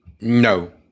No